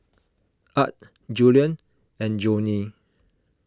Art Julien and Joanie